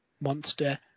monster